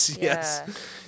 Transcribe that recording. Yes